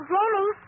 Jamie